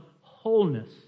wholeness